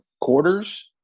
quarters